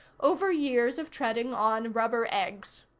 over years of treading on rubber eggs.